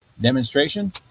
Demonstration